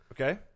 Okay